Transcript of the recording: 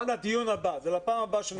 לדיון הבא, זה לפעם הבאה שנדון.